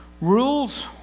Rules